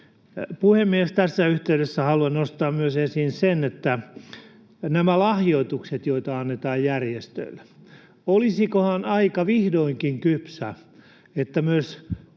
Puhemies! Tässä yhteydessä haluan nostaa esiin myös nämä lahjoitukset, joita annetaan järjestöille. Olisikohan aika vihdoinkin kypsä siihen, että myös